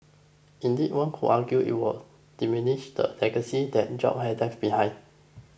indeed one could argue it would diminish the legacy that Jobs has left behind